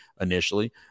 initially